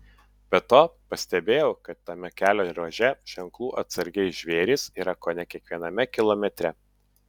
be to pastebėjau kad tame kelio ruože ženklų atsargiai žvėrys yra kone kiekviename kilometre